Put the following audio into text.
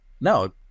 no